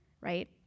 right